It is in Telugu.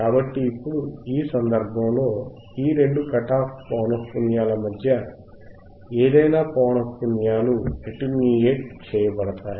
కాబట్టి ఇప్పుడు ఈ సందర్భంలో ఈ రెండు కట్ ఆఫ్ పౌనఃపున్యాల మధ్య ఏదైనా పౌనఃపున్యాలు అటెన్యూయేట్ చేయబడతాయి